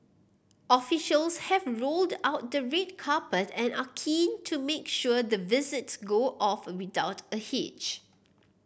officials have rolled out the red carpet and are keen to make sure the visits go off without a hitch